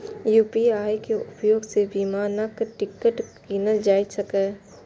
UPI के उपयोग सं विमानक टिकट कीनल जा सकैए